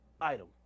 item